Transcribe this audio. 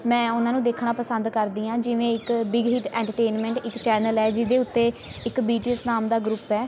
ਮੈਂ ਉਹਨਾਂ ਨੂੰ ਦੇਖਣਾ ਪਸੰਦ ਕਰਦੀ ਹਾਂ ਜਿਵੇਂ ਇੱਕ ਬਿਗ ਹਿੱਟ ਐਟਰਟੇਨਮੈਂਟ ਇੱਕ ਚੈਨਲ ਹੈ ਜਿਹਦੇ ਉੱਤੇ ਇੱਕ ਬੀ ਟੀ ਐੱਸ ਨਾਮ ਦਾ ਗਰੁੱਪ ਹੈ